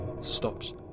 stops